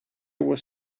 was